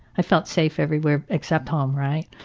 i felt safe everywhere except home, right?